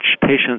patients